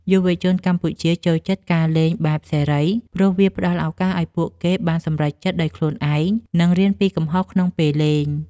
យុវជនកម្ពុជាចូលចិត្តការលេងបែបសេរី ព្រោះវាផ្ដល់ឱកាសឱ្យពួកគេបានសម្រេចចិត្តដោយខ្លួនឯង និងរៀនពីកំហុសក្នុងពេលលេង។